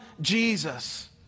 Jesus